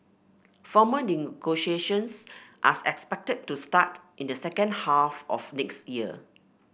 formal negotiations are expected to start in the second half of next year